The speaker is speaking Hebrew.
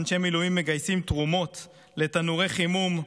אנשי מילואים מגייסים תרומות לתנורי חימום,